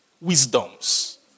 wisdoms